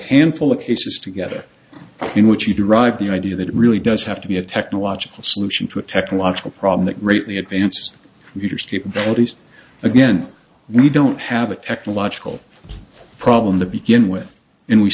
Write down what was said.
handful of cases together in which you derive the idea that it really does have to be a technological solution to a technological problem that greatly advanced again we don't have a technological problem to begin with and we